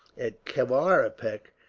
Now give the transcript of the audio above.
at kavaripak,